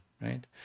right